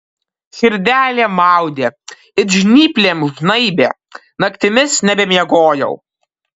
širdelė maudė it žnyplėm žnaibė naktimis nebemiegojau